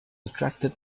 attracted